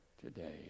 today